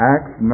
Acts